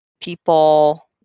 people